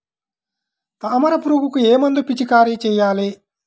తామర పురుగుకు ఏ మందు పిచికారీ చేయాలి?